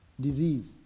disease